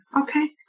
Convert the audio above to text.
Okay